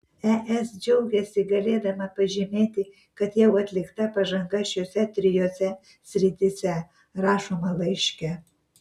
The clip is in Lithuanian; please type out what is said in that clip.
es džiaugiasi galėdama pažymėti kad jau atlikta pažanga šiose trijose srityse rašoma laiške